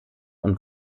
und